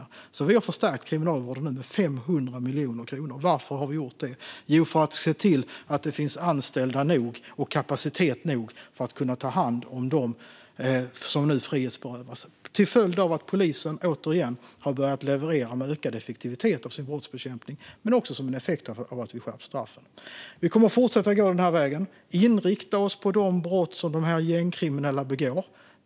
Vi har alltså förstärkt Kriminalvården med 500 miljoner kronor. Varför har vi gjort det? Jo, för att se till att det finns tillräckligt med anställda och kapacitet för att man ska kunna ta hand om dem som nu frihetsberövas som en följd av att polisen återigen har börjat leverera med ökad effektivitet i sin brottsbekämpning och av att vi har skärpt straffen. Vi kommer att fortsätta på denna väg och inrikta oss på de brott som de gängkriminella begår.